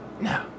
No